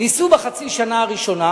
ניסו בחצי השנה הראשונה